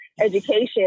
education